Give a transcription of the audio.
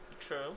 True